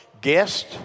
Guest